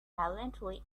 violently